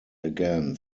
again